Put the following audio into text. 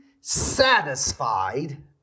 satisfied